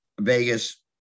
vegas